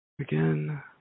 Again